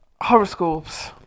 Horoscopes